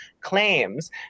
claims